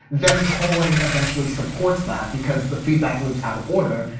then polling eventually supports that because the feedback loops out of order.